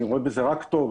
אני רואה בזה רק טוב.